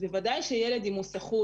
אז בוודאי כשילד עם מוסחות,